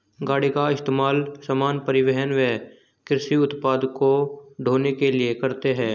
गाड़ी का इस्तेमाल सामान, परिवहन व कृषि उत्पाद को ढ़ोने के लिए करते है